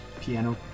piano